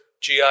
GI